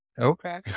Okay